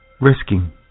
risking